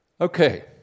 Okay